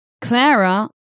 Clara